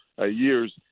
years